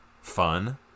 Fun